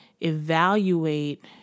evaluate